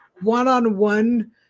one-on-one